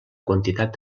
quantitat